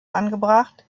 angebracht